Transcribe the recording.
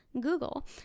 google